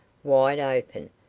wide open,